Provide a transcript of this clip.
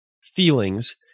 feelings